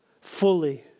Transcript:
fully